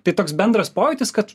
tai toks bendras pojūtis kad